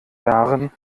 jahren